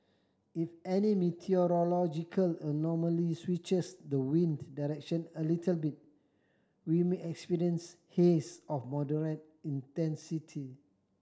if any meteorological anomaly switches the wind direction a little bit we may experience haze of moderate intensity